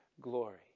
glory